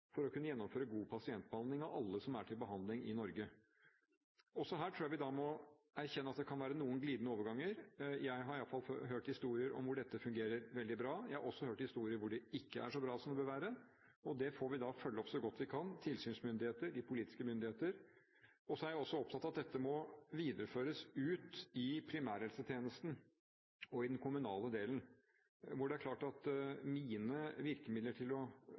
for å kunne gjennomføre god pasientbehandling av alle som er til behandling i Norge. Også her tror jeg vi må erkjenne at det kan være noen glidende overganger. Jeg har i alle fall hørt historier om hvor dette fungerer veldig bra, og jeg har også hørt historier hvor det ikke er så bra som det burde være. Det får vi følge opp så godt vi kan, tilsynsmyndigheter og politiske myndigheter. Så er jeg også opptatt av at dette må videreføres i primærhelsetjenesten og i kommunene, hvor det er klart at mine virkemidler for å